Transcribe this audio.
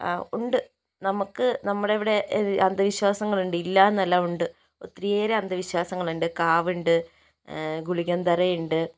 ഉണ്ട് നമുക്ക് നമ്മുടെയിവിടെ അന്ധവിശ്വാസങ്ങളുണ്ട് ഇല്ലായെന്നല്ല ഉണ്ട് ഒത്തിരിയേറെ അന്ധവിശ്വാസങ്ങളുണ്ട് കാവുണ്ട് ഗുളികൻ തറയുണ്ട്